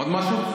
עוד משהו?